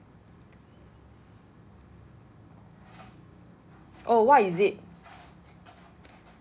oh what is it